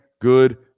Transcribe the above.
good